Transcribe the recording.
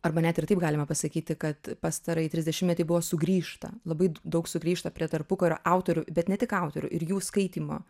arba net ir taip galima pasakyti kad pastarąjį trisdešimtmetį buvo sugrįžta labai daug sugrįžta prie tarpukario autorių bet ne tik autorių ir jų skaitymo